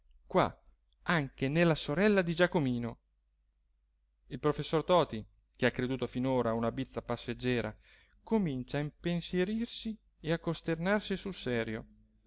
qua anche nella sorella di giacomino il professor toti che ha creduto finora a una bizza passeggera comincia a impensierirsi e a costernarsi sul serio